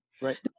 Right